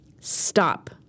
Stop